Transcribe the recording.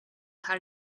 how